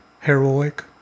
heroic